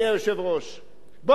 בוא אני אספר לך עוד דבר.